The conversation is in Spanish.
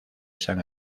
san